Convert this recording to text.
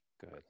Good